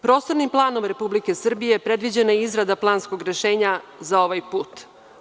Prostornim planom Republike Srbije predviđena je izrada planskog rešenja za ovaj put.